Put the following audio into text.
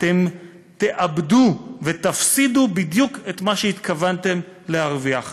אתם תאבדו ותפסידו בדיוק את מה שהתכוונתם להרוויח.